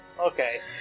Okay